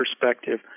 perspective